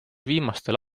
viimastel